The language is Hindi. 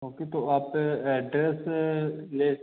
ओके तो आप एड्रैस लें